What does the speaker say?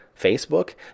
facebook